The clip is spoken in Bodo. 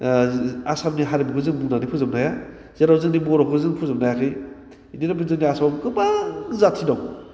आसामनि हारिमुखौ जों बुंनानै फोजोबनो हाया जोराव जोंनि बर'खौ जों फोजोबनो हायाखै बिदिनो बे जोंनि आसामाव गोबां जाथि दं